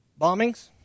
Bombings